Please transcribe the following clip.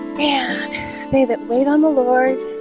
and they that wait on the lord